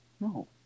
No